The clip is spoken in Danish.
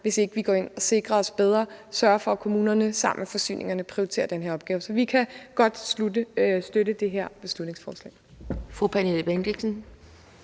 hvis ikke vi går ind og sikrer os bedre og sørger for, at kommunerne sammen med forsyningsselskaberne prioriterer den her opgave. Så vi kan godt støtte det her beslutningsforslag. Kl. 11:06 Anden